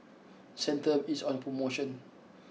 centrum is on promotion